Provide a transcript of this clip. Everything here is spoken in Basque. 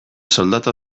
soldata